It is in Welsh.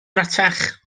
rhatach